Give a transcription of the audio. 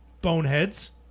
boneheads